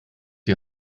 die